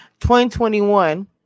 2021